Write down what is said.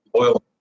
oil